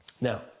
Now